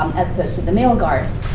as opposed to the male guards.